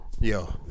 Yo